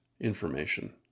information